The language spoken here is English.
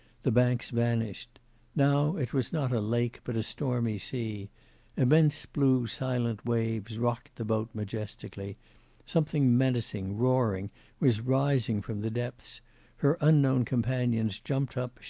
the banks vanished now it was not a lake but a stormy sea immense blue silent waves rocked the boat majestically something menacing, roaring was rising from the depths her unknown companions jumped up,